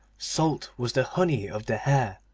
salt was the honey of the hair,